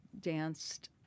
danced